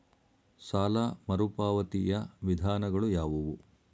ಸಾಲ ಮರುಪಾವತಿಯ ವಿಧಾನಗಳು ಯಾವುವು?